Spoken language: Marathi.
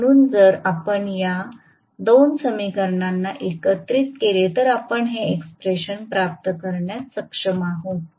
म्हणून जर आपण या 2 समीकरणना एकत्रित केले तर आपण हे एक्स्प्रेशन प्राप्त करण्यास सक्षम आहोत